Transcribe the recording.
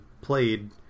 played